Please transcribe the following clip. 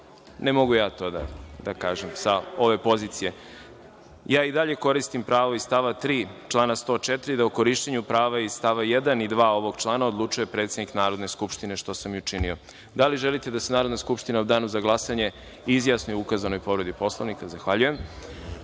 Ne mogu ja to da kažem sa ove pozicije. I dalje koristim pravo iz stava 3. člana 104., da o korišćenju prava iz stava 1. i 2. ovog člana odlučuje predsednik Narodne skupštine, što sam i učinio. Da li želite da se Narodna skupština u danu za glasanje izjasni o ukazanoj povredi Poslovnika?(Boško